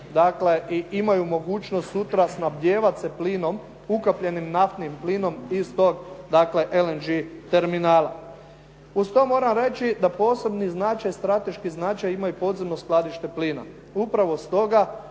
dakle i imaju mogućnost sutra snabdijevati se plinom, ukapljenim naftnim plinom iz tog, dakle LNG terminala. Uz to moram reći da posebni značaj, strateški značaj ima i podzemno skladište plina. Upravo stoga